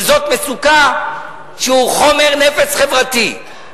וזאת מצוקה שהיא חומר נפץ חברתי.